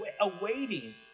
awaiting